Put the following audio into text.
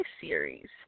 series